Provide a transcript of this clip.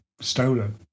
stolen